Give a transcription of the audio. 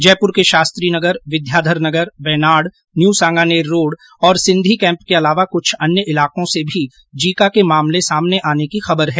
जयपूर के Shastri Nagar Vidyadhar Nagar Benad new Sanganer road और Sindhi camp के अलावा कुछ अन्य इलाकों से भी जीका के मामले सामने आने की खबर हैं